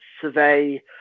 survey